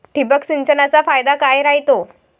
ठिबक सिंचनचा फायदा काय राह्यतो?